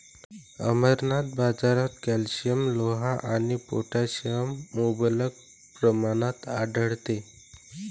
अमरनाथ, बाजारात कॅल्शियम, लोह आणि पोटॅशियम मुबलक प्रमाणात आढळते